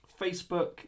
facebook